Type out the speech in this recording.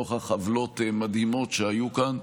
נוכח עוולות מדהימות שהיו כאן,